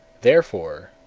therefore,